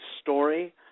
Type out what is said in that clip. story